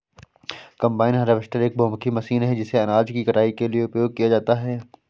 combine harvester एक बहुमुखी machine है जिसे अनाज की कटाई के लिए उपयोग किया जाता है